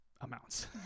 amounts